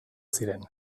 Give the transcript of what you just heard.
ziren